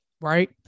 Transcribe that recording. right